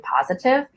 positive